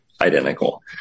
identical